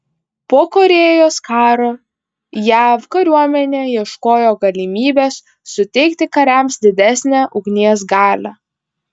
po korėjos karo jav kariuomenė ieškojo galimybės suteikti kariams didesnę ugnies galią